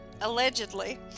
allegedly